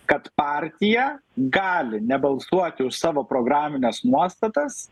kad partija gali nebalsuoti už savo programines nuostatas